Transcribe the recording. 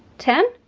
ten.